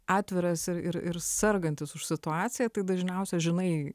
atviras ir ir ir sergantis už situaciją tai dažniausia žinai